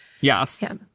Yes